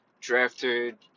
drafted